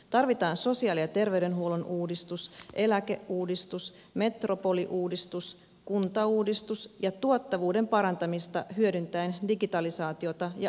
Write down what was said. tarvitaan sosiaali ja terveydenhuollon uudistus eläkeuudistus metropoliuudistus kuntauudistus ja tuottavuuden parantamista hyödyntäen digitalisaatiota ja automaatiota